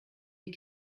die